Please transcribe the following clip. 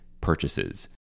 purchases